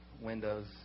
windows